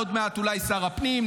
עוד מעט אולי שר הפנים,